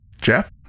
Jeff